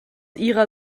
ihrer